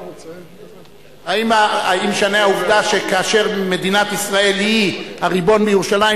האם משנה העובדה שכאשר מדינת ישראל היא הריבון בירושלים,